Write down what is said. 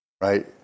right